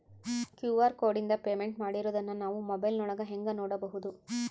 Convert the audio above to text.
QR ಕೋಡಿಂದ payment ಮಾಡಿರೋದನ್ನ ನಾವು ಮೊಬೈಲಿನೊಳಗ ಹೆಂಗ ನೋಡಬಹುದು?